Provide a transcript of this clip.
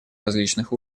различных